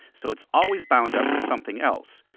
so it's always bound up with something else.